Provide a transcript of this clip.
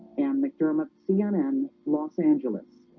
ann mcdermid cnn, los angeles